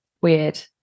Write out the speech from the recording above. weird